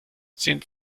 sind